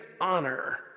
honor